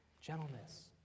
Gentleness